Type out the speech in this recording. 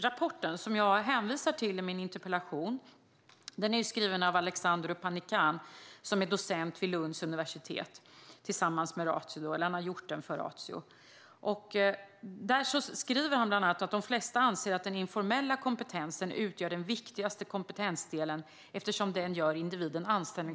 Rapporten som jag hänvisar till i min interpellation är skriven av Alexandru Panican, docent vid Lunds universitet, som har gjort den för Ratio. Där skriver han bland annat att de flesta anser att den informella kompetensen utgör den viktigaste kompetensdelen eftersom den gör individen anställbar.